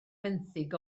fenthyg